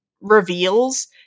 reveals